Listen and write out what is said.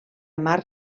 mar